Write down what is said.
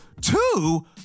two